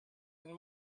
and